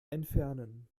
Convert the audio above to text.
entfernen